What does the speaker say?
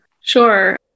Sure